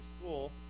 school